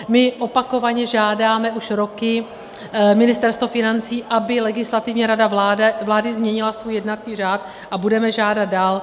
My opakovaně žádáme už roky Ministerstvo financí, aby Legislativní rada vlády změnila svůj jednací řád, a budeme žádat dál.